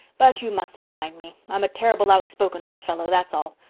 but you mustn't mind me, i'm a terrible outspoken old fellow, that's all.